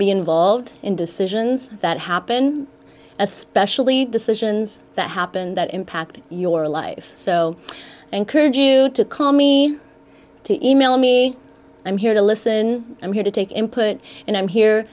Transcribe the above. be involved in decisions that happen especially decisions that happen that impact your life so encourage you to call me to e mail me i'm here to listen i'm here to take input and i'm here